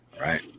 Right